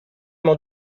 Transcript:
m’en